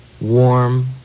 warm